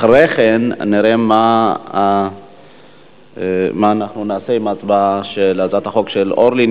לאחר מכן נראה מה נעשה עם הצעת החוק של אורלי.